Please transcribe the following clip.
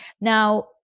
Now